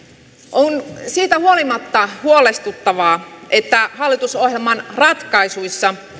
on siitä huolimatta huolestuttavaa että hallitusohjelman ratkaisuissa